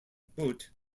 but